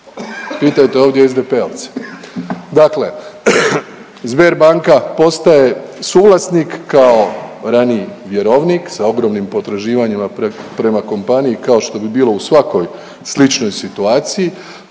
Pitajte ovdje SDP-ovce. Dakle, Sberbanka postaje suvlasnik kao raniji vjerovnik sa ogromnim potraživanjima prema kompaniji kao što bi bilo u svakoj sličnoj situaciji,